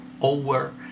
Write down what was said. over